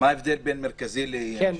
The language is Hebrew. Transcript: מה ההבדל בין מרכזי למשני?